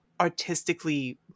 artistically